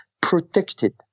protected